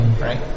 right